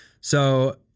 So-